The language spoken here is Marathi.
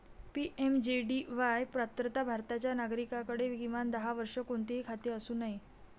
पी.एम.जे.डी.वाई पात्रता भारताच्या नागरिकाकडे, किमान दहा वर्षे, कोणतेही खाते असू नये